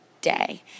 day